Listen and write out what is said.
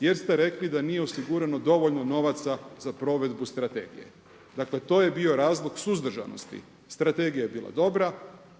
jer ste rekli da nije osigurano dovoljno novaca za provedbu strategije. Dakle, to je bio razlog suzdržanosti. Strategija je bila dobra,